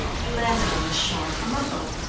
we landed on the shore from a boat.